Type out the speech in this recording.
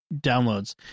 downloads